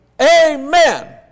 Amen